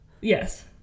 yes